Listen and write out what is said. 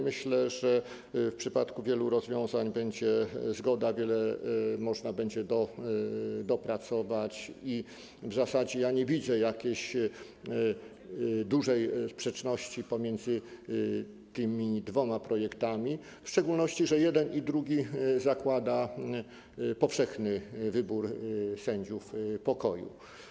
Myślę, że w przypadku wielu rozwiązań będzie zgoda, będzie można wiele dopracować i w zasadzie nie widzę jakiejś dużej sprzeczności pomiędzy tymi dwoma projektami, w szczególności, że jeden i drugi zakłada powszechny wybór sędziów pokoju.